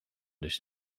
dus